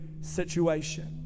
situation